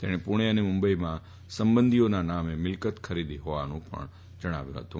તેણે પૂરો અને મુંબઈમાં સંબંધીઓના નામે મિલકત ખરીદી ફોવાનું પણ જણાવ્યું ફતું